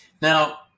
now